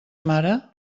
mare